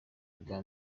ubwa